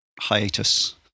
hiatus